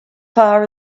far